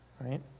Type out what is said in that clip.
Right